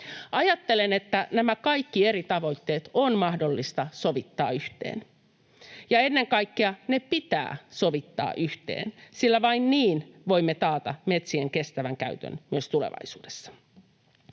Ajattelen, että nämä kaikki eri tavoitteet on mahdollista sovittaa yhteen, ja ennen kaikkea ne pitää sovittaa yhteen, sillä vain niin voimme taata metsien kestävän käytön myös tulevaisuudessa.